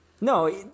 No